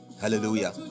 Hallelujah